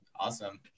Awesome